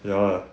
ya lah